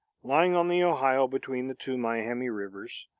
lying on the ohio between the two miami rivers.